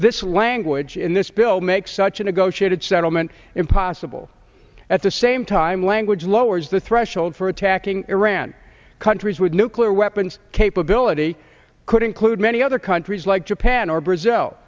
this language in this bill makes such a negotiated settlement impossible at the same time language lowers the threshold for attacking iran countries with nuclear weapons capability could include many other countries like japan or brazil